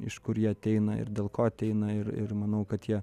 iš kur jie ateina ir dėl ko ateina ir ir manau kad jie